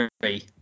three